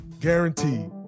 guaranteed